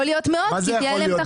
יכול להיות מאוד כי תהיה להם תחרות.